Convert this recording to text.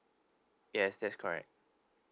yes that's correct